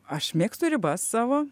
aš mėgstu ribas savo